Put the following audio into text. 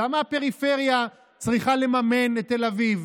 למה הפריפריה צריכה לממן את תל אביב?